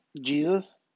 Jesus